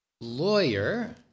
lawyer